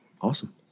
Awesome